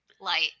light